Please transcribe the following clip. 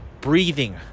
breathing